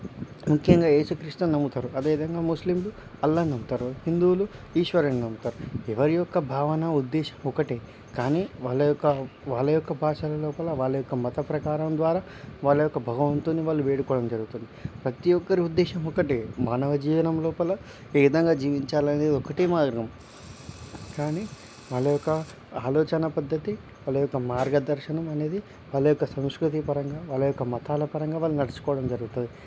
ముఖ్యంగా ఏసుక్రీస్తును నమ్ముతారు అదే విధంగా ముస్లింలు అల్లాని నమ్ముతారు హిందువులు ఈశ్వరుడిని నమ్ముతారు ఎవరి యొక్క భావన ఉద్దేశం ఒకటే కానీ వాళ్ళ యొక్క వాళ్ళ యొక్క భాషల లోపల వాళ్ళ యొక్క మత ప్రకారం ద్వారా వాళ్ళ యొక్క భగవంతుని వాళ్ళు వేడుకోవడం జరుగుతుంది ప్రతి ఒక్కరి ఉద్దేశం ఒకటే మానవ జీవనం లోపల ఏ విధంగా జీవించాలన్నది ఒకటే మార్గం కానీ వాళ్ళ యొక్క ఆలోచన పద్ధతి వాళ్ళ యొక్క మార్గదర్శనం అనేది వాళ్ళ యొక్క సంస్కృతి పరంగా వాళ్ళ యొక్క మతాల పరంగా వాళ్ళు నడుచుకోవడం జరుగుతుంది